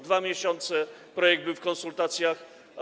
2 miesiące projekt był w konsultacjach.